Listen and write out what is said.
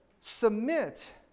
submit